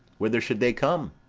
whither should they come?